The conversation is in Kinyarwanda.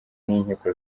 n’inkiko